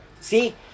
See